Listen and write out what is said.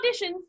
auditions